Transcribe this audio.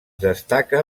destaca